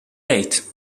date